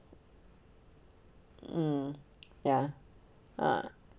mm ya uh